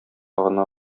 гына